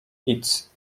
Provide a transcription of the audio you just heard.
its